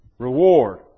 Reward